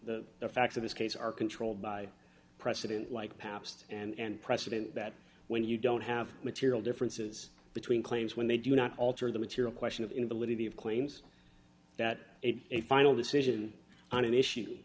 are the facts of this case are controlled by precedent like past and precedent that when you don't have material differences between claims when they do not alter the material question of invalidity of claims that made a final decision on an issue